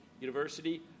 University